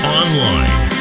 online